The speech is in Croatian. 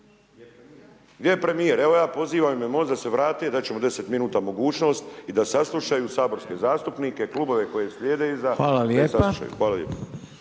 Gdje je premijer, evo ja pozivam u ime MOST-a da se vrate, dat ćemo 10 minuta mogućnost i da saslušaju saborske zastupnike, Klubove koji slijede iza da ih saslušaju.